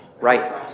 Right